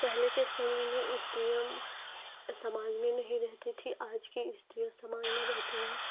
पहले के समय में स्त्रियाँ समाज में नहीं रहती थीं आज की स्त्रियाँ समाज में रहती है